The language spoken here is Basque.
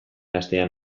astean